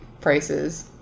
prices